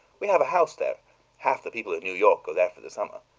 we have a house there half the people in new york go there for the summer.